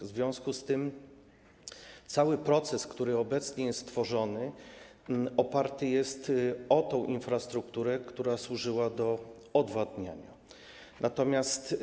W związku z tym cały proces, który obecnie jest tworzony, oparty jest na infrastrukturze, która służyła do odwadniania.